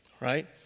right